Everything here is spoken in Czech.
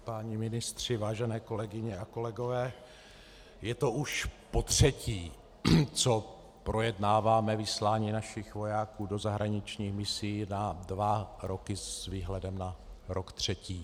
Páni ministři, vážené kolegyně a kolegové, je to už potřetí, co projednáváme vyslání našich vojáků do zahraničních misí na dva roky s výhledem na rok třetí.